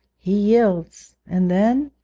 he yields. and then